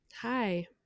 hi